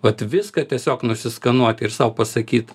vat viską tiesiog nusiskenuot ir sau pasakyt